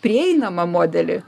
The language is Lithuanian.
prieinamą modelį